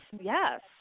yes